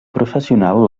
professional